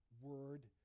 Word